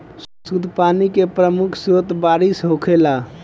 शुद्ध पानी के प्रमुख स्रोत बारिश होखेला